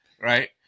right